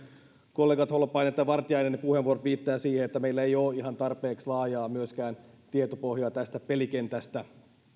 kollega holopaisen että kollega vartiaisen puheenvuorot viittaavat siihen että meillä ei ole myöskään ihan tarpeeksi laajaa tietopohjaa tästä pelikentästä